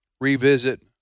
revisit